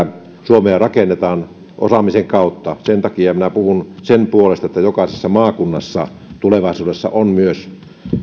suomea rakennetaan osaamisen kautta sen takia minä puhun sen puolesta että jokaisessa maakunnassa tulevaisuudessa on myös